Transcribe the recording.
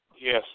Yes